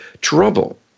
trouble